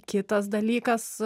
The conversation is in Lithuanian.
kitas dalykas